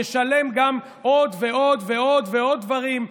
תשלם גם עוד ועוד ועוד דברים.